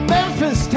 Memphis